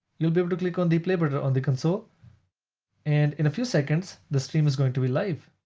you'll be able to click on the play button but on the console and in a few seconds, the stream is going to be live.